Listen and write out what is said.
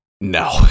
no